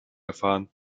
erfahren